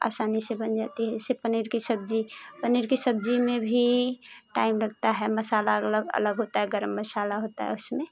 असानी से बन जाती है जैसे पनीर कि सब्जी पनीर कि सब्जी में भी टाइम लगता है मसाला और अलग अलग होता है गरम मसाला होता है उसमें